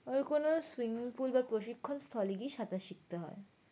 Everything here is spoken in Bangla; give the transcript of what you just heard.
ওই কোনো সুইমিং পুল বা প্রশিক্ষণ স্থলে গিয়ে সাঁতার শিখতে হয়